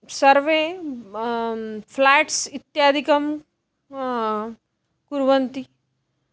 सर्वे म फ़्लाट्स् इत्यादिकं कुर्वन्ति